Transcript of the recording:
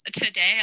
today